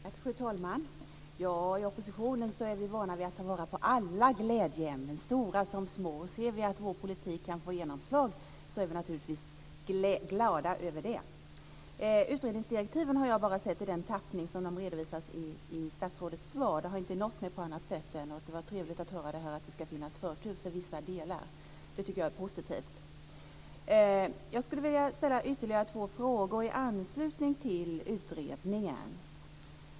Fru talman! I oppositionen är vi vana vid att ta vara på alla glädjeämnen - stora som små. Ser vi att vår politik kan få genomslag så är vi naturligtvis glada över det. Jag har bara sett utredningsdirektiven i den tappning som redovisas i statsrådets svar. De har inte nått mig på annat sätt. Det var trevligt att höra att det ska finnas förtur för vissa delar. Det tycker jag är positivt. Jag vill ställa ytterligare två frågor i anslutning till utredningen.